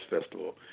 Festival